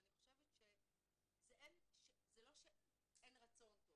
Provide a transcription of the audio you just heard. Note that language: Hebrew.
אני חושבת שזה לא שאין רצון טוב,